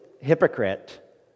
hypocrite